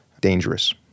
dangerous